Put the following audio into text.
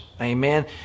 Amen